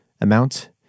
amount